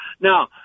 Now